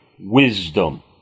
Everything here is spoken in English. Wisdom